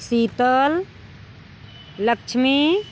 Sheetal Lakshmi